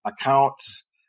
accounts